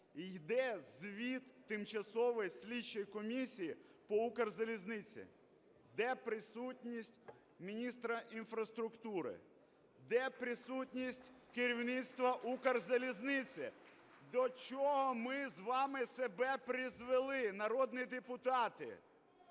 йде звіт тимчасової слідчої комісії по Укрзалізниці. Де присутність міністра інфраструктури? Де присутність керівництва Укрзалізниці? До чого ми з вами себе призвели, народні депутати?